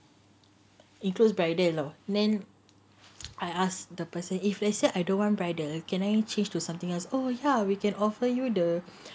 he close bridal tahu then I ask the person if let's say I don't want bridal can I change to something else oh ya we can offer you the